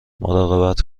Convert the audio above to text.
مراقبت